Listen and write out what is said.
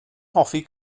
hoffi